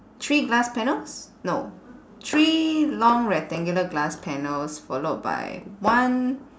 three glass panels no three long rectangular glass panels followed by one